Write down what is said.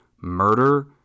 Murder